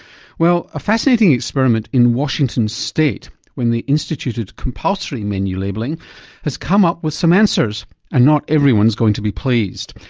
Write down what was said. well a fascinating experiment in washington state when they instituted compulsory menu labelling has come up with some answers and not everyone's going to be pleased.